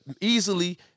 easily